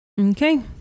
Okay